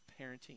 parenting